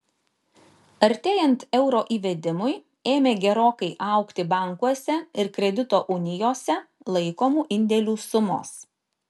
artėjant euro įvedimui ėmė gerokai augti bankuose ir kredito unijose laikomų indėlių sumos